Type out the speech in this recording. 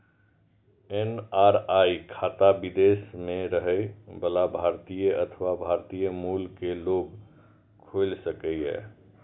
NRI खाता विदेश मे रहै बला भारतीय अथवा भारतीय मूल के लोग खोला सकैए